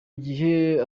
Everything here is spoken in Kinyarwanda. gihe